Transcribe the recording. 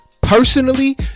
Personally